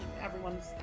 everyone's